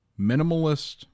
minimalist